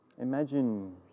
imagine